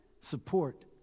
support